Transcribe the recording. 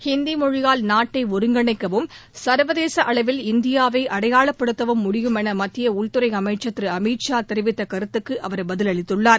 ஹிந்திமொழியால் நாட்டைஒருங்கிணைக்கவும் சர்வதேசஅளவில் இந்தியாவைஅடையாளப்படுத்தவும் முடியும் எனமத்தியஉள்துறைஅமைச்சர் திருஅமித் ஷா தெரிவித்தகருத்துக்குஅவர் பதிலளித்துள்ளார்